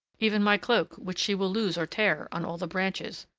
even my cloak, which she will lose or tear on all the branches.